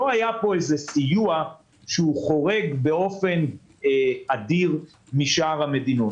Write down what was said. לא היה פה סיוע שחורג באופן אדיר משאר המדינות.